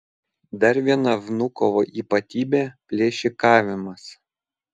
dar viena vnukovo ypatybė plėšikavimas